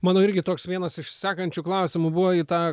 mano irgi toks vienas iš sekančių klausimų buvo į tą